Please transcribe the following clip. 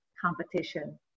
Competition